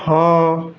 ହଁ